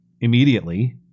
immediately